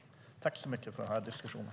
Jag tackar för diskussionen.